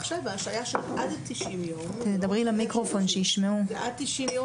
לכן נדרש לנו עוד זמן של עבודת מטה.